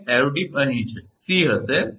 𝑐𝑎 arrow tip અહીં છે તે 𝑐 હશે બરાબર